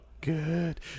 Good